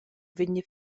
vegni